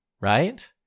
right